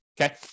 Okay